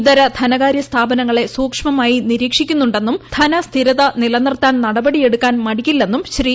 ഇതര ധനകാര്യ സ്ഥാപനങ്ങളെ സൂക്ഷ്മമായി നിരീക്ഷിക്കുന്നുണ്ടെന്നും ധനസ്ഥിരത നിലനിർത്താൻ നടപടി എടുക്കാൻ മടിക്കില്ലെന്നും ശ്രീ